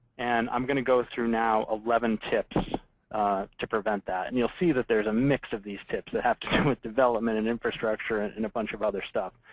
and i'm going to go through, now, eleven tips to prevent that. and you'll see that there's a mix of these tips that have to do with development and infrastructure and and a bunch of other stuff.